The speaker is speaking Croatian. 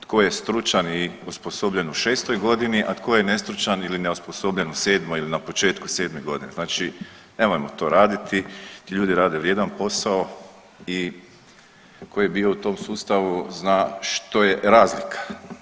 Tko je stručan i osposobljen u 6. g., a tko je nestručan ili neosposobljen u 7. ili na početku 7. g., znači nemojmo to raditi, ti ljudi rade vrijedan posao i tko je bio u tom sustavu, zna što je razlika.